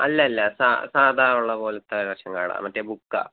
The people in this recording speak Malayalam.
അല്ലല്ല സാ സാധാരണ ഉള്ള പോലത്തെ റേഷങ്കാഡ മറ്റെ ബൂക്ക